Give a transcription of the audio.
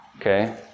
okay